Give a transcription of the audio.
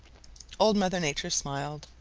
old mother nature smiled.